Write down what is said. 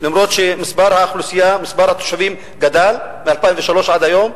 למרות שמספר התושבים גדל מ-2003 עד היום,